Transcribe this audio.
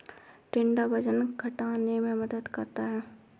टिंडा वजन घटाने में मदद करता है